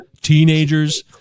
teenagers